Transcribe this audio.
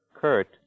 Kurt